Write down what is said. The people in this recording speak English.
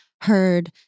heard